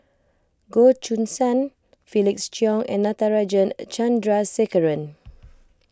Goh Choo San Felix Cheong and Natarajan Chandrasekaran